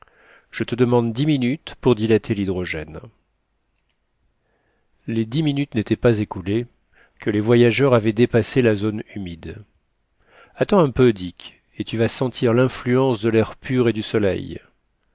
je te demande dix minutes pour dilater lhydrogène les dix minutes n'étaient pas écoulés que les voyageurs avaient dépassé la zone humide attends un peu dick et tu vas sentir l'influence de l'air pur et du soleil